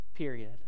period